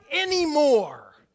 anymore